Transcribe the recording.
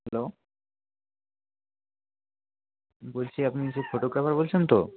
hello বলছি আপনি সে ফটোগ্রাফার বলছেন তো